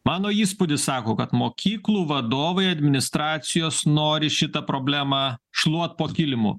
mano įspūdis sako kad mokyklų vadovai administracijos nori šitą problemą šluot po kilimu